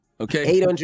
Okay